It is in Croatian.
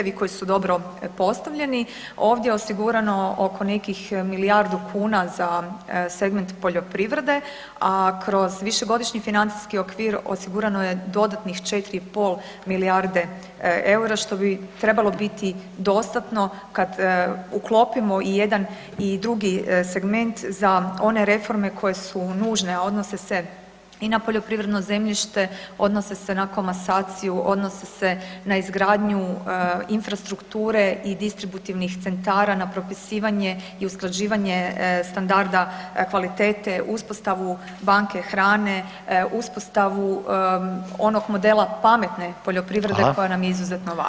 Svi izazovi su jasno prepoznati kao i ciljevi koji su dobro postavljeni, ovdje je osigurano oko nekih milijardu kuna za segment poljoprivrede, a kroz Višegodišnji financijski okvir osigurano je dodatnih 4,5 milijarde eura, što bi trebalo biti dostatno kad uklopimo i jedan i drugi segment za one reforme koje su nužne, a odnose se i na poljoprivredno zemljište, odnose se na komasaciju, odnose se na izgradnju infrastrukture i distributivnih centara, na propisivanje i usklađivanje standarda kvalitete, uspostavu banke hrane, uspostavu onog modela pametne poljoprivrede koja nam je izuzetno važna.